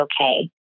okay